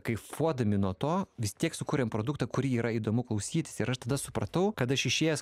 kaifuodami nuo to vis tiek sukūrėm produktą kurį yra įdomu klausytis ir aš tada supratau kad aš išėjęs